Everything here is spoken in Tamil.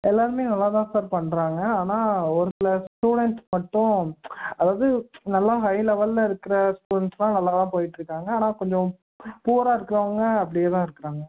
எல்லாேருமே நல்லா தான் சார் பண்ணுறாங்க ஆனால் ஒரு சில ஸ்டுடென்ட்ஸ் மட்டும் அதாவது நல்லா ஹை லெவலில் இருக்கிற ஸ்டுடென்ட்ஸெலாம் நல்லா தான் போய்கிட்டு இருக்காங்க ஆனால் கொஞ்சம் புவர்ராக இருக்கிறவங்க அப்படியே தான் இருக்கிறாங்க